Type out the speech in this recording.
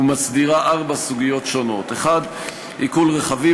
ומסדירה ארבע סוגיות שונות: 1. עיקול רכבים,